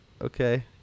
Okay